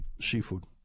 seafood